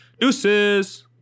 Deuces